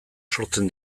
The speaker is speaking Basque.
sortzen